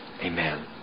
Amen